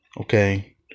okay